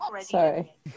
Sorry